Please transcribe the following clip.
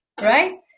right